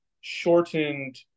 shortened